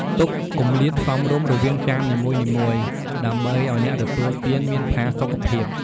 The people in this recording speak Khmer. ទុកគម្លាតសមរម្យរវាងចាននីមួយៗ ដើម្បីឱ្យអ្នកទទួលទានមានផាសុខភាព។